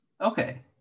Okay